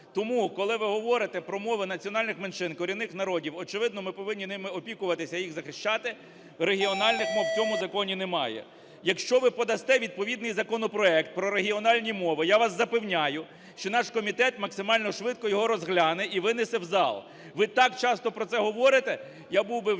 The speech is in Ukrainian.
Тому, коли ви говорите про мови національних меншин, корінних народів, очевидно, ми повинні ними опікуватися, їх захищати. Регіональних мов у цьому законі немає. Якщо ви подасте відповідний законопроект про регіональні мови, я вас запевняю, що наш комітет максимально швидко його розгляне і винесе в зал. Ви так часто про це говорите, я був би вдячний,